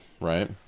right